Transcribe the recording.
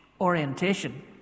orientation